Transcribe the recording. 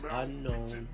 unknown